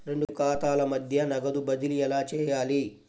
రెండు ఖాతాల మధ్య నగదు బదిలీ ఎలా చేయాలి?